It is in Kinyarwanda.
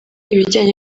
ibijyanye